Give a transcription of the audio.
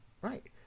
Right